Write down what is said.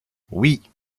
oui